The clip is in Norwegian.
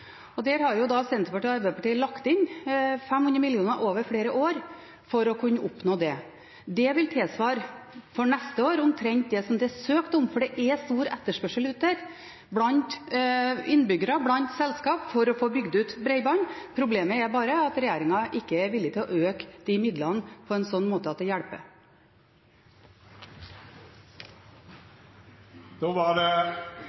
bredbånd. Der har Senterpartiet og Arbeiderpartiet lagt inn 500 mill. kr over flere år for å kunne oppnå det. Det vil for neste år tilsvare omtrent det som det er søkt om, for det er stor etterspørsel der ute, blant innbyggere og blant selskap, etter å få bygd ut bredbånd. Problemet er bare at regjeringen ikke er villig til å øke de midlene på en sånn måte at det hjelper.